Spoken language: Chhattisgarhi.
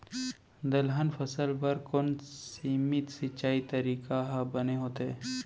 दलहन फसल बर कोन सीमित सिंचाई तरीका ह बने होथे?